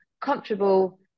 comfortable